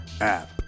app